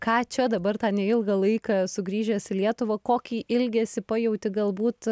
ką čia dabar tą neilgą laiką sugrįžęs į lietuvą kokį ilgesį pajauti galbūt